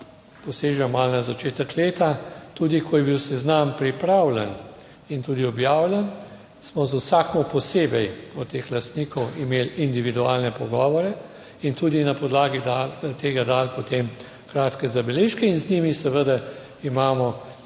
poseže malo na začetek leta; tudi ko je bil seznam pripravljen in tudi objavljen, smo z vsakim posebej od teh lastnikov imeli individualne pogovore in tudi na podlagi tega dali potem kratke zabeležke in z njimi seveda imamo